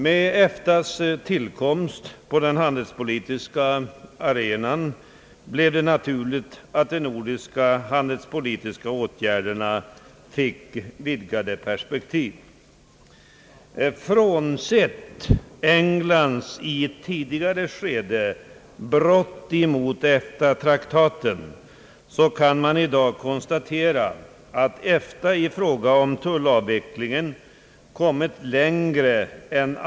Med EFTA:s tillkomst på den handelspolitiska arenan blev det naturligt att de nordiska handelspolitiska åtgärderna fick vidgade perspektiv. Frånsett Englands brott i ett tidigare skede mot EFTA-traktaten kan i dag konstateras, att EFTA i fråga om tullavvecklingen kommit längre än.